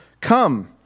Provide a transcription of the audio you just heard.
Come